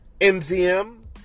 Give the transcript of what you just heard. MZM